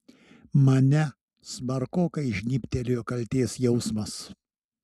mane smarkokai žnybtelėjo kaltės jausmas